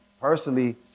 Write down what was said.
personally